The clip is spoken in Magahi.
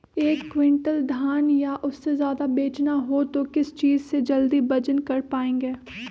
एक क्विंटल धान या उससे ज्यादा बेचना हो तो किस चीज से जल्दी वजन कर पायेंगे?